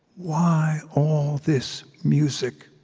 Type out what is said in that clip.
why all this music?